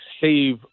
save